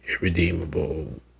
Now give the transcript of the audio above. irredeemable